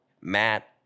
Matt